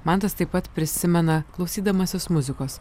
mantas taip pat prisimena klausydamasis muzikos